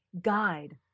guide